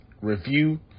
review